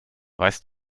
weißt